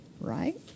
right